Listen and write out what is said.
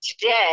Today